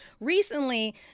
recently